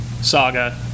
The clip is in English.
saga